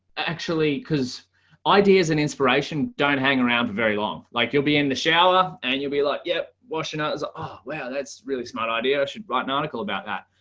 actually because ideas and inspiration don't hang around very long, like you'll be in the shower. and you'll be like, yep, washing out as ah well. that's really smart idea, i should write an article about that.